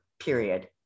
Period